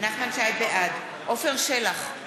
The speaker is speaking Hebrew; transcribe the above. בעד עפר שלח,